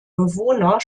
bewohner